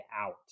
out